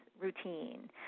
routine